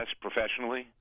professionally